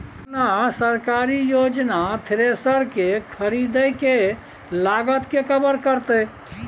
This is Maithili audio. केना सरकारी योजना थ्रेसर के खरीदय के लागत के कवर करतय?